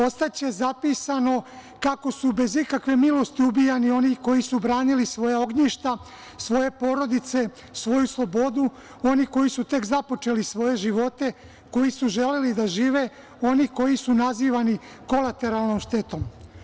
Ostaće zapisano kako su bez ikakve milosti ubijani oni koji su branili svoja ognjišta, svoje porodice, svoju slobodu, oni koji su tek započeli svoje živote, koji su želeli da žive, oni koji su nazivani kolateralnom štetom.